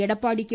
Edappadi K